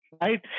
Right